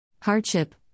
Hardship